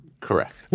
correct